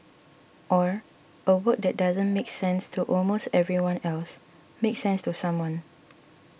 or a work that doesn't make sense to almost everyone else makes sense to someone